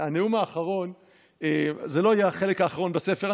הנאום האחרון זה לא יהיה החלק האחרון בספר,